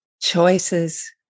Choices